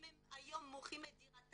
אם הם היום מוכרים את דירתם,